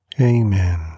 Amen